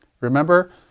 Remember